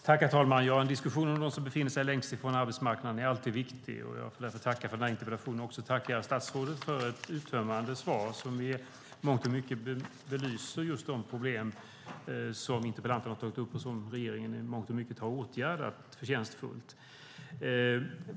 Herr talman! En diskussion om dem som befinner sig längst ifrån arbetsmarknaden är alltid viktig, och jag vill därför tacka för den här interpellationen. Jag vill också tacka statsrådet för ett uttömmande svar som i mångt och mycket belyser just de problem som interpellanten har tagit upp och som regeringen i mångt och mycket förtjänstfullt har åtgärdat.